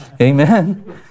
Amen